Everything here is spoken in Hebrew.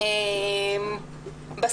זאת הערה נכונה.